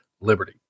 Liberty